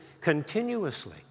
continuously